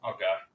Okay